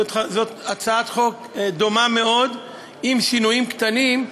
זאת הצעת חוק דומה מאוד עם שינויים קטנים,